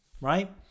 right